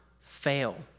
fail